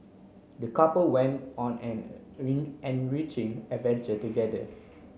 the couple went on an enriching adventure together